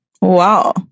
Wow